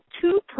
two